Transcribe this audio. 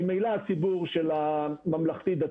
ממילא הציבור של הממלכתי-דתי,